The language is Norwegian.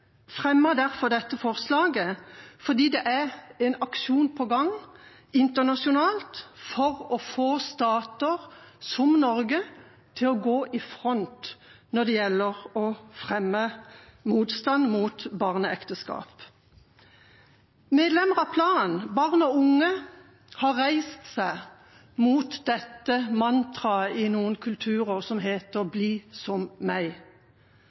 fremmer dette forslaget fordi det er en aksjon på gang internasjonalt for å få stater som Norge til å gå i front når det gjelder å fremme motstand mot barneekteskap. Medlemmer av Plan, barn og unge, har reist seg mot dette mantraet i noen kulturer som heter «bli som meg».